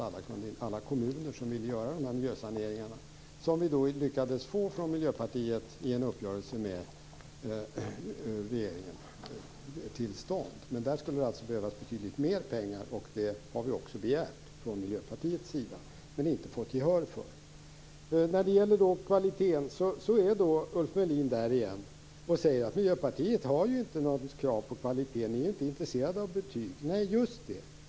Miljöpartiet lyckades i en uppgörelse med regeringen ordna så att alla kommuner som ville göra miljösaneringar kunde göra så. Där skulle behövas betydligt mer pengar, och det har vi från Miljöpartiets sida begärt men inte fått gehör för. Nu säger Ulf Melin igen att Miljöpartiet inte har något krav på kvalitet. Vi i Miljöpartiet är inte intresserade av betyg. Nej, just det.